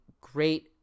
great